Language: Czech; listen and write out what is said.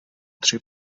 tři